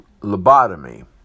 lobotomy